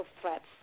threats